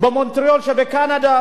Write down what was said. במונטריאול שבקנדה,